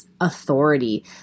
authority